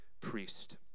priest